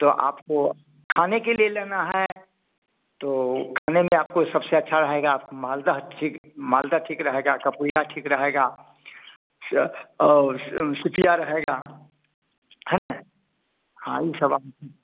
तो आपको खाने के लिए लेना है तो खाने में आपको सबसे अच्छा रहेगा आपको मालदा ठीक मालदा ठीक रहेगा कपूरिया ठीक रहेगा से और सूतिया रहेगा है ना हाँ यह सब आम